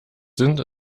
sind